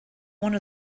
one